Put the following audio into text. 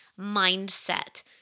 mindset